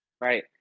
right